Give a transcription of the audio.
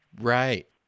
right